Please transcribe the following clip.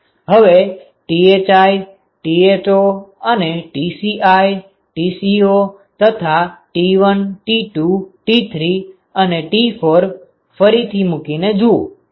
હવે Thi Tho અને Tci Tco તથા T1 T2 T3 અને T4 ફરીથી મૂકીને જોવો